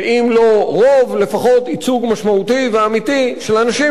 לפחות ייצוג משמעותי ואמיתי של אנשים שמבינים בסביבה,